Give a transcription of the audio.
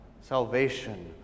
Salvation